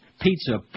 Pizza